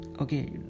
okay